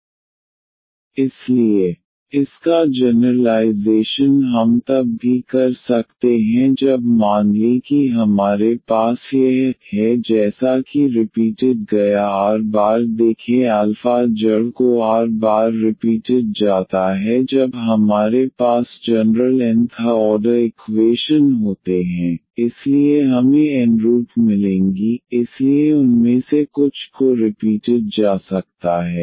इसलिए ye αx∫c1eαxe αxdxc2 yc1xc2eαx इसका generalization हम तब भी कर सकते हैं जब मान लें कि हमारे पास यह α है जैसा कि रिपीटेड गया r बार देखें α जड़ को r बार रिपीटेड जाता है जब हमारे पास general and nth order equation होते हैं इसलिए हमें n रूट मिलेंगी इसलिए उनमें से कुछ को रिपीटेड जा सकता है